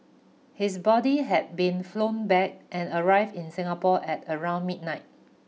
his body had been flown back and arrived in Singapore at around midnight